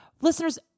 listeners